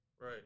Right